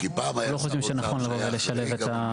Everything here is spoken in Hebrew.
אנחנו לא חושבים שנכון לבוא ולשלב.